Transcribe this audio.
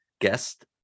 guest